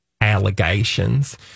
allegations